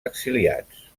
exiliats